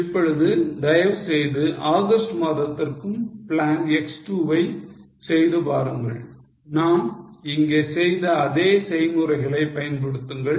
இப்பொழுது தயவுசெய்து ஆகஸ்ட் மாதத்துக்கும் plan X 2 வை செய்து பாருங்கள் நாம் இங்கே செய்த அதே செய்முறைகளை பயன்படுத்துங்கள்